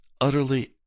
utterly